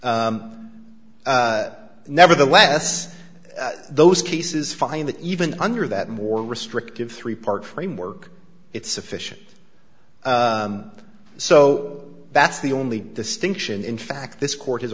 nevertheless those cases find that even under that more restrictive three part framework it's sufficient so that's the only distinction in fact this court has